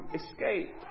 escape